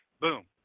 boom